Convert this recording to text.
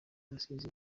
rusizi